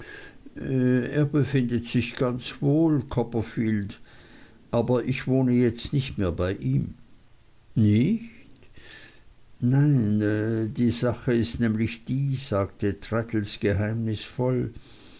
er befindet sich ganz wohl copperfield aber ich wohne jetzt nicht mehr bei ihm nicht nein die sache ist nämlich die sagte traddles geheimnisvoll